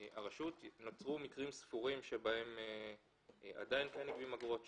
נותרו מקרים ספורים שבהם עדיין נגבות אגרות,